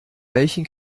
welchen